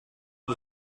ora